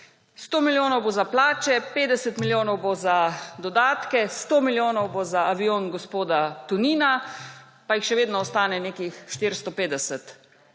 100 milijonov bo za plače, 50 milijonov bo za dodatke, 100 milijonov bo za avion gospoda Tonina, pa jih še vedno ostane nekih 450.